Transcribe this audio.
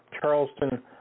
Charleston